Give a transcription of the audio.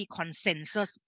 Consensus